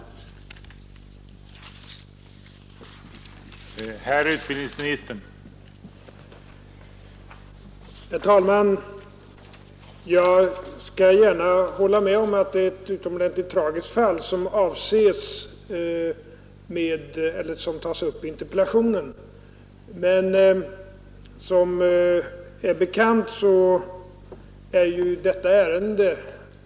att upprätthålla den allmänna skolplikten